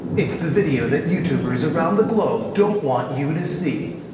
it's the video, that youtubers around the globe don't want you to see!